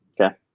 Okay